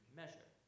measure